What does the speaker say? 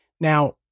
Now